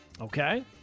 Okay